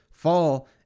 fall